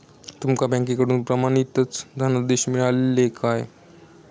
तुमका बँकेकडून प्रमाणितच धनादेश मिळाल्ले काय?